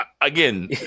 again